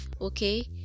okay